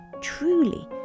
truly